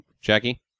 Jackie